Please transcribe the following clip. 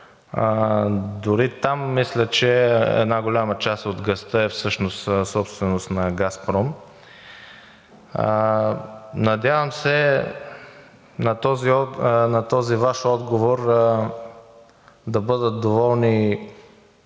дори там мисля, че една голяма част от газа е всъщност собственост на „Газпром“. Надявам се на този Ваш отговор да бъдат доволни